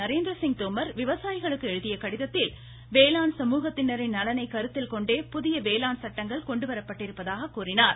நரேந்திரசிங் தோமர் விவசாயிகளுக்கு எழுதிய கடிதத்தில் வேளாண் சமூகத்தினாின் நலனை கருத்தில்கொண்டே புதிய வேளாண் சட்டங்கள் கொண்டுவரப்பட்டிருப்பதாக கூறியுள்ளார்